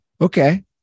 Okay